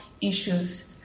issues